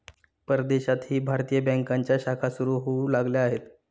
परदेशातही भारतीय बँकांच्या शाखा सुरू होऊ लागल्या आहेत